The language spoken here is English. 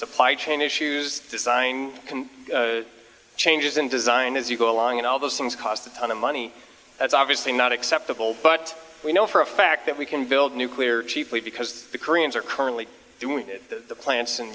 supply chain issues design changes in design as you go along and all those things cost a ton of money that's obviously not acceptable but we know for a fact that we can build nuclear chiefly because the koreans are currently doing that the plants and